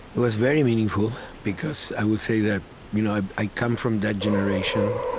it was very meaningful because i will say that you know i i come from that generation,